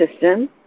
system